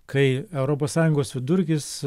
kai europos sąjungos vidurkis